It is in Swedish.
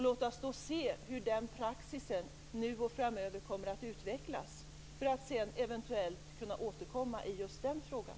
Låt oss då se hur den praxisen nu och fram över kommer att utvecklas. Sedan kan vi eventuellt återkomma i just den frågan.